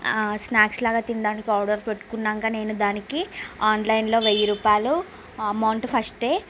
snacks లాగ తినడానికి order పెట్టుకున్నాక నేను దానికి ఆన్లైన్ లో వెయ్యి రూపాయలు అమౌంట్ ఫస్టే